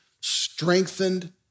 strengthened